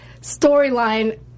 storyline